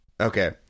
Okay